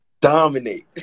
Dominate